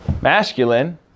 masculine